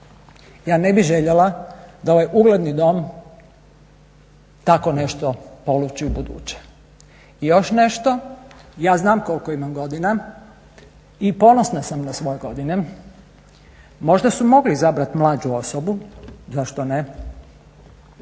Ja ne bih željela da ovaj ugledni Dom tako nešto poluči u buduće. I još nešto. Ja znam koliko imam godina i ponosna sam na svoje godine. Možda su mogli izabrati mlađu osobu, zašto ne.